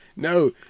No